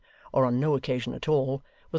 or on no occasion at all,